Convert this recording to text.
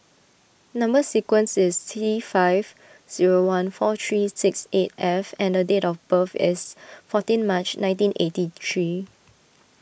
Number Sequence is T five zero one four three six eight F and a date of birth is fourteen March nineteen eighty three